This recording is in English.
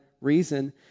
reason